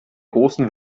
großen